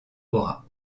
aura